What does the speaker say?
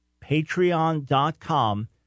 patreon.com